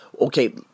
okay